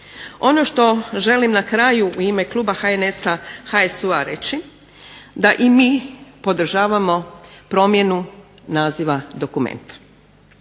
Ono što želim na kraju u ime kluba HNS-a, HSU-a reći da i mi podržavamo promjenu naziva dokumenta.